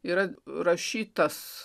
yra rašytas